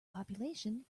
population